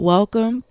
Welcome